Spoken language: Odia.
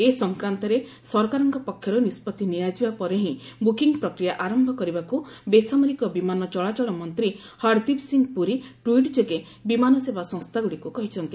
ଏ ସଂକ୍ରାନ୍ତରେ ସରକାରଙ୍କ ପକ୍ଷରୁ ନିଷ୍ପଭି ନିଆଯିବା ପରେ ହିଁ ବୁକିଂ ପ୍ରକ୍ରିୟା ଆରମ୍ଭ କରିବାକୁ ବେସାମରିକ ବିମାନ ଚଳାଚଳ ମନ୍ତ୍ରୀ ହରଦୀପ ସିଂହ ପୁରୀ ଟ୍ୱିଟ୍ ଯୋଗେ ବିମାନ ସେବା ସଂସ୍ଥାଗୁଡ଼ିକୁ କହିଛନ୍ତି